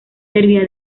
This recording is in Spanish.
servía